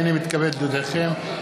הנני מתכבד להודיעכם,